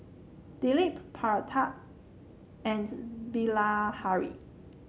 Dilip Pratap and Bilahari